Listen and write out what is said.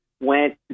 went